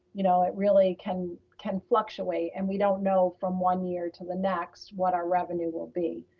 you know, it really can can fluctuate. and we don't know from one year to the next what our revenue will be.